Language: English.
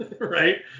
right